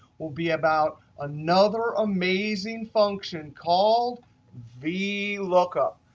will be about another amazing function called v lookup.